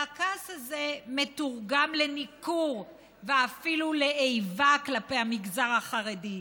והכעס הזה מתורגם לניכור ואפילו לאיבה כלפי המגזר החרדי.